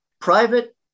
private